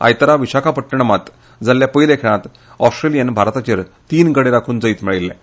आयतारा विशाखापट्टणमांत जाल्ल्या खेळांत ऑस्ट्रेलियान भारताचेर तीन गडे राखून जैत मेळयिल्लें